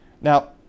Now